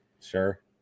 sure